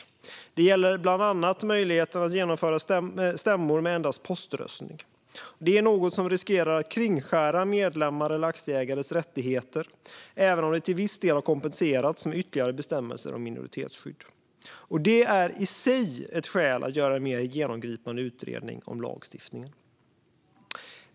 Det gäller bland annat möjligheten att genomföra stämmor med endast poströstning. Det är något som riskerar att kringskära medlemmars och aktieägares rättigheter, även om detta till viss del har kompenserats genom ytterligare bestämmelser om minoritetsskydd. Detta är i sig ett skäl att göra en mer genomgripande utredning om lagstiftningen.